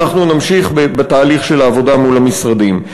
ואנחנו נמשיך בתהליך של העבודה מול המשרדים.